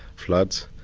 floods,